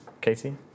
Katie